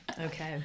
okay